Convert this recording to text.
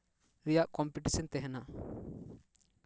ᱨᱮᱭᱟᱜ ᱠᱚᱢᱯᱤᱴᱤᱥᱮᱱ ᱛᱟᱦᱮᱱᱟ